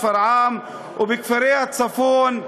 שפרעם ובכפרי הצפון,